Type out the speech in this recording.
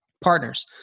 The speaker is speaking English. partners